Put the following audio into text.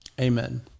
Amen